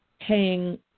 paying